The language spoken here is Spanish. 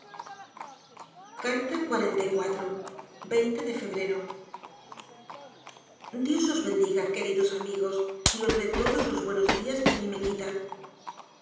de febrero dios os bendiga queridos amigos y os dé todos los buenos dias que á mi me quita